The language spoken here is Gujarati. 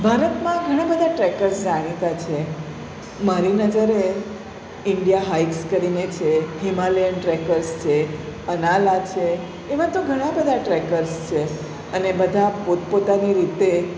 ભારતમાં ઘણા બધા ટ્રેકર્સ જાણીતા છે મારી નજરે ઈન્ડિયા હાઇક્સ કરીને છે હિમાલ્યન ટ્રેકર્સ છે અનાલા છે એવા તો ઘણા બધા ટ્રેકર્સ છે અને બધા પોતપોતાની રીતે